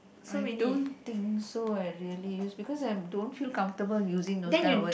I don't think so eh really because I don't feel comfortable using those kind of words